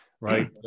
right